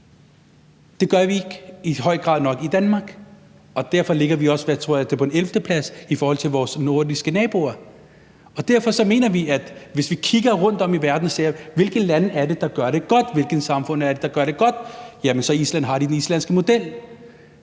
Det gør vi ikke i en høj nok grad i Danmark, og derfor ligger vi også på, hvad jeg tror er en 11. plads i forhold til vores nordiske naboer. Derfor mener vi, at vi kan kigge rundtom i verden og se på, hvilke lande det er, der gør det godt, og hvilke samfund det er, der gør det godt, og i Island har de den islandske model,